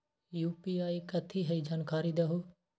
UPI कथी है? जानकारी दहु